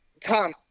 Tom